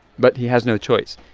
but he has no choice.